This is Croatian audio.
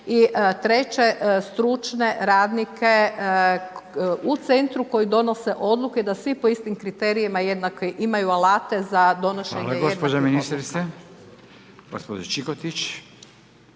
i treće, stručne radnike u centru koji donose odluke da svi po istim kriterijima jednakim imaju alate za donošenje jednakih odluka.